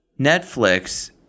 Netflix